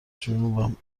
جنوبم